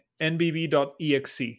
nbb.exe